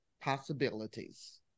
possibilities